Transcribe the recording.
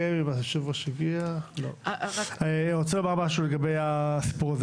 משהו לגבי זה.